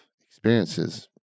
experiences